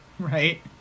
Right